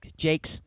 Jakes